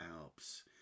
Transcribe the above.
Alps